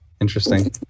Interesting